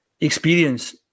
Experience